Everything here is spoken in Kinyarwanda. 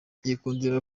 yikundira